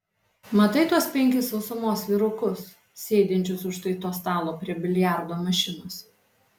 matai tuos penkis sausumos vyrukus sėdinčius už štai to stalo prie biliardo mašinos